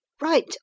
right